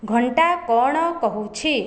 ଘଣ୍ଟା କ'ଣ କହୁଛି